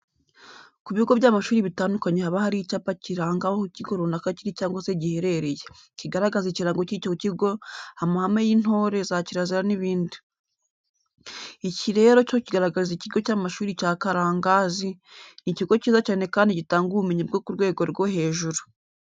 Ku bigo by'amashuri bitandukanye haba hari icyapa kiranga aho ikigo runaka kiri cyangwa se giherereye, kikagaragaza ikirango cy'icyo kigo, amahame y'intore, za kirazira n'ibindi. Iki rero cyo kiragaragaza ikigo cy'amashuri cya Karangazi, ni ikigo cyiza cyane kandi gitanga ubumenyi bwo ku rwego rwo hejuru.